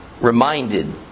reminded